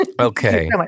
Okay